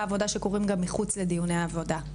העבודה שקורים גם מחוץ לדיוני העבודה,